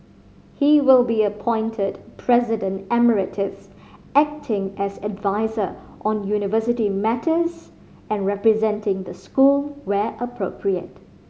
he will be appointed President Emeritus acting as adviser on university matters and representing the school where appropriate